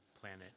planet